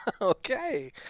Okay